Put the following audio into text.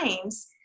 times